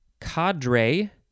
cadre